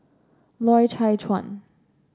Loy Chye Chuan